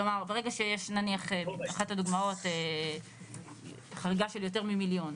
כלומר: אחת הדוגמאות היא חריגה של יותר ממיליון.